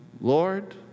Lord